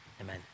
Amen